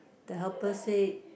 the helper say